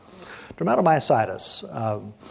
Dermatomyositis